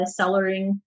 cellaring